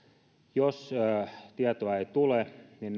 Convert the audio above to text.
jos tietoa ei tule niin nämä yritykset ryhtyvät